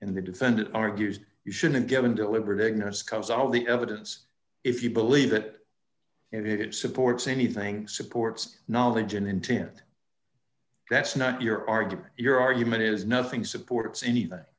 in the defendant argues you should have given deliberate ignorance comes all the evidence if you believe that it supports anything supports knowledge and intent that's not your argument your argument is nothing supports anything